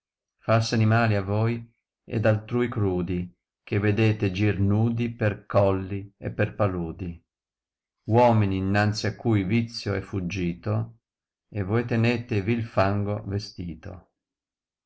falsi animali a voi ed altrui crudi che vedete gir nudi per colli e per paludi uomini innanzi a cui vizio è fuggito e voi tenete vii fango vestito